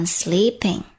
sleeping